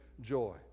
joy